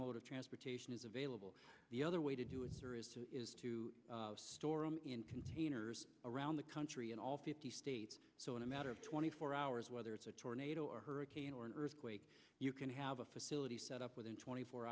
mode of transportation is available the other way to do it is to store containers around the country in all fifty states so in a matter of twenty four hours whether it's a tornado or hurricane or an earthquake you can have a facility set up within twenty four